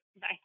Bye